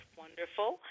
wonderful